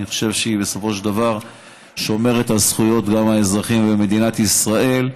אני חושב שהיא בסופו של דבר שומרת גם על זכויות האזרחים במדינת ישראל.